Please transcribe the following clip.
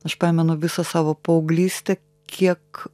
aš pamenu visą savo paauglystę kiek